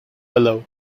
below